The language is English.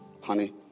honey